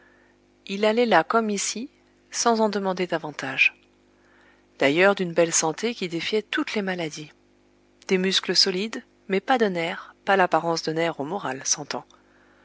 il allait là comme ici sans en demander davantage d'ailleurs d'une belle santé qui défiait toutes les maladies des muscles solides mais pas de nerfs pas l'apparence de nerfs au moral s'entend